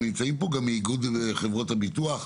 נמצאים פה גם מאיגוד חברות הביטוח.